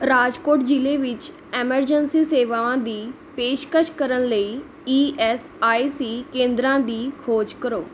ਰਾਜਕੋਟ ਜ਼ਿਲੇ ਵਿੱਚ ਐਮਰਜੈਂਸੀ ਸੇਵਾਵਾਂ ਦੀ ਪੇਸ਼ਕਸ਼ ਕਰਨ ਲਈ ਈ ਐੱਸ ਆਈ ਸੀ ਕੇਂਦਰਾਂ ਦੀ ਖੋਜ ਕਰੋ